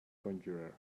conjurer